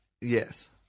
Yes